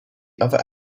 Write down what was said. other